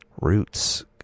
roots